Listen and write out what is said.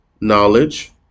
knowledge